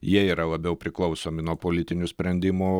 jie yra labiau priklausomi nuo politinių sprendimų